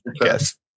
Yes